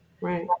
Right